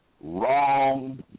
Wrong